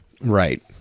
Right